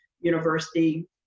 University